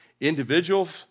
individuals